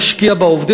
נשקיע בהם,